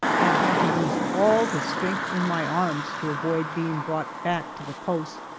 and had to use all the strength in my arms to avoid being brought back to the post.